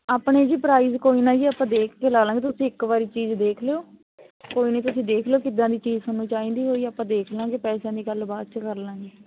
ਆਪਣੇ ਜੀ ਪ੍ਰਾਈਜ ਕੋਈ ਨਾ ਜੀ ਆਪਾਂ ਦੇਖ ਕੇ ਲਾ ਲਾਂਗੇ ਤੁਸੀਂ ਇੱਕ ਵਾਰੀ ਚੀਜ਼ ਦੇਖ ਲਿਓ ਕੋਈ ਨਹੀਂ ਤੁਸੀਂ ਦੇਖ ਲਿਓ ਕਿੱਦਾਂ ਦੀ ਚੀਜ਼ ਤੁਹਾਨੂੰ ਚਾਹੀਦੀ ਹੋਈ ਆਪਾਂ ਦੇਖ ਲਾਂਗੇ ਪੈਸਿਆਂ ਦੀ ਗੱਲ ਬਾਅਦ 'ਚ ਕਰ ਲਾਂਗੇ